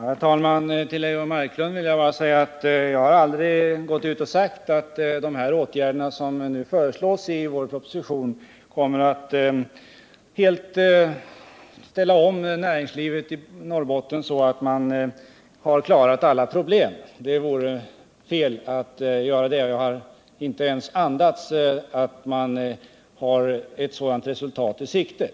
Herr talman! Jag vill säga till Eivor Marklund att jag aldrig har gått ut och sagt att de åtgärder som nu föreslås i vår proposition kommer att helt förändra näringslivet i Norrbotten så att man kan lösa alla problem. Det vore felaktigt att göra det, och jag har inte ens andats om att ett sådant resultat skulle kunna vara i sikte.